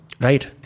Right